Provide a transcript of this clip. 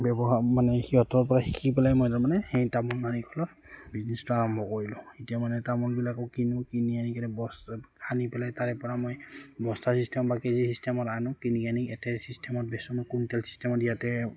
ব্যৱহাৰ মানে সিহঁতৰপৰা শিকি পেলাই মই তাৰ মানে সেই তামোল নাৰিকলৰ বিজনেচটো আৰম্ভ কৰিলোঁ এতিয়া মানে তামোলবিলাকো কিনো কিনি আনি আনি পেলাই তাৰপৰা মই বস্তাৰ চিষ্টেম বা কেজি চিষ্টেমত আনো কিনি আনি চিষ্টেমত বেচোঁ মই কুইণ্টেল চিষ্টেমত ইয়াতে